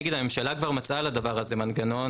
הממשלה כבר מצאה לדבר הזה מנגנון,